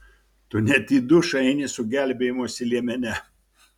tu net į dušą eini su gelbėjimosi liemene